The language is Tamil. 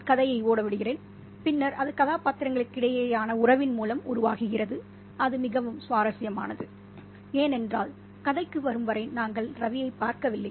நான் கதையை ஓட விடுகிறேன் பின்னர் அது கதாபாத்திரங்களுக்கிடையேயான உறவின் மூலம் உருவாகிறது அது மிகவும் சுவாரஸ்யமானது ஏனென்றால் கதைக்கு வரும் வரை நாங்கள் ரவியைப் பார்க்கவில்லை